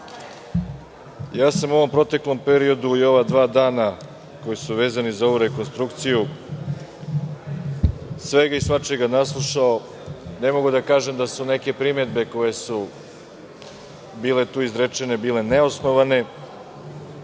poslanici, u proteklom periodu i ova dva dana koja su vezana za rekonstrukciju sam se svega i svačega naslušao. Ne mogu da kažem da su neke primedbe, koje su bile tu izrečene, bile neosnovane,